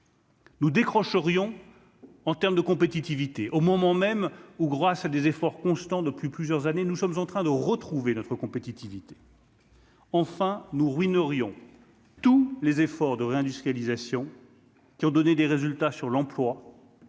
Nous décroche Orion en terme de compétitivité au moment même où grâce à des efforts constants depuis plusieurs années, nous sommes en train de retrouver notre compétitivité. Enfin nous ruine Riom tous les efforts de réindustrialisation qui ont donné des résultats sur l'emploi,